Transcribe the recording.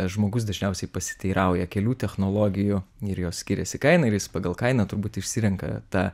žmogus dažniausiai pasiteirauja kelių technologijų ir jos skiriasi kaina ir jis pagal kainą turbūt išsirenka tą